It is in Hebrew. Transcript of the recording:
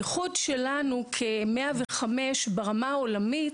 הייחוד שלנו כ-105 ברמה העולמית,